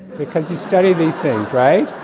because you study these things, right?